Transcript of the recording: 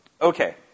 Okay